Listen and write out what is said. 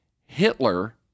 Hitler